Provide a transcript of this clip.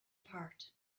apart